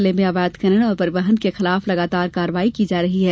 जिले में अवैध खनन और परिवहन के विरूध लगातार कार्यवाही की जा रही है